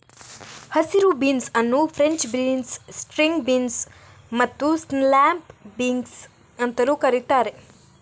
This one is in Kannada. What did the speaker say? ಹಸಿರು ಬೀನ್ಸ್ ಅನ್ನು ಫ್ರೆಂಚ್ ಬೀನ್ಸ್, ಸ್ಟ್ರಿಂಗ್ ಬೀನ್ಸ್ ಮತ್ತು ಸ್ನ್ಯಾಪ್ ಬೀನ್ಸ್ ಅಂತಲೂ ಕರೀತಾರೆ